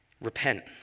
repent